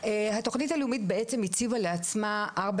התוכנית הלאומית בעצם הציבה לעצמה ארבע